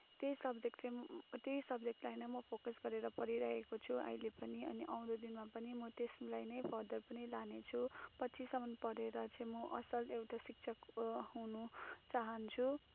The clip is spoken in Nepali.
त्यही सब्जेक्ट चाहिँ त्यही सब्जेक्टलाई नै म फोकस गरेर पढिरहेको छु अहिले पनि आउँदो दिनमा पनि म त्यसलाई नै पढ्दै पनि लानेछु पछिसम्म पढेर चाहिँ म असल एउटा शिक्षक हुनु चाहन्छु